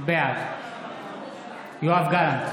בעד יואב גלנט,